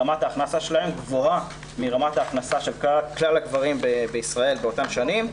רמת ההכנסה שלהם גבוהה מרמת ההכנסה של כלל הגברים בישראל באותן שנים.